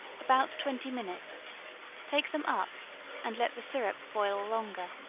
about twenty minutes take them up and let the syrup boil longer.